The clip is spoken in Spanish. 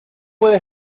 puede